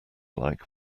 like